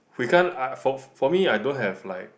we can't I for for me I don't have like